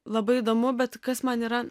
labai įdomu bet kas man yra